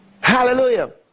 Hallelujah